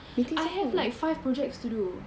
I have like five projects to do